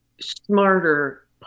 smarter